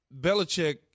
Belichick